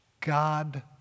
God